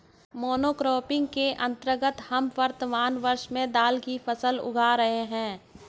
monocropping के अंतर्गत हम वर्तमान वर्ष में दाल की फसल उगा रहे हैं